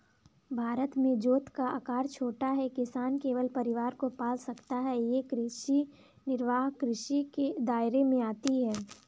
भारत में जोत का आकर छोटा है, किसान केवल परिवार को पाल सकता है ये कृषि निर्वाह कृषि के दायरे में आती है